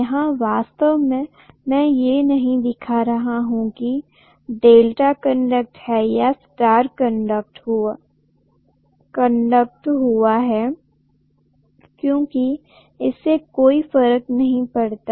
यहा वास्तव में ये नहीं दिखा रहा हूं कि यह डेल्टा कनेक्टेड है या स्टार कनेक्टेड हुआ है क्योंकि इससे कोई फर्क नहीं पड़ता